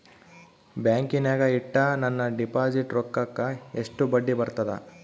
ಬ್ಯಾಂಕಿನಾಗ ಇಟ್ಟ ನನ್ನ ಡಿಪಾಸಿಟ್ ರೊಕ್ಕಕ್ಕ ಎಷ್ಟು ಬಡ್ಡಿ ಬರ್ತದ?